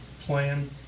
plan